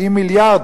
70 מיליארד.